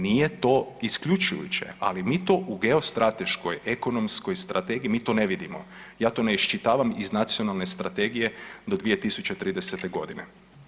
Nije to isključujuće, ali mi to u geostrateškoj, ekonomskoj strategiji mi to ne vidimo, ja to ne iščitavam iz nacionalne strategije do 2030. godine.